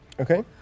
Okay